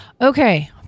okay